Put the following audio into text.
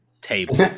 table